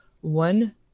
one